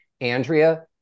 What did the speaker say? Andrea